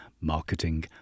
Marketing